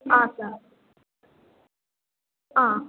ಹಾಂ ಸರ್ ಹಾಂ